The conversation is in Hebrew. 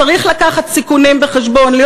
צריך להביא בחשבון סיכונים,